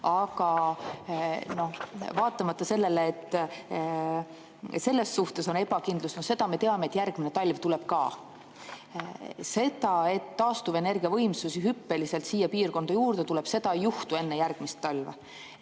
Aga vaatamata sellele, et selles suhtes on ebakindlus, siis noh, seda me teame, et järgmine talv tuleb ka. Seda, et taastuvenergiavõimsusi hüppeliselt siia piirkonda juurde tuleb, ei juhtu enne järgmist talve.